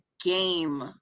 game